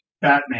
Batman